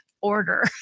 order